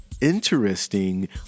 interesting